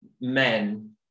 men